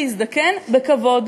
להזדקן בכבוד,